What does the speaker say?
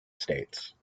states